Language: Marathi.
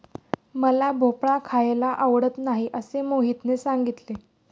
मला भोपळा खायला आवडत नाही असे मोहितने सांगितले